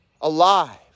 alive